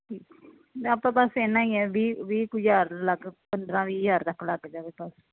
ਆਪਾਂ ਬਸ ਇਨਾ ਹੀ ਵੀਹ ਕ ਹਜਾਰ ਤਕ ਪੰਦਰਾ ਵੀਹ ਹਜਾਰ ਤੱਕ ਲੱਗ ਜੇ